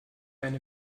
eine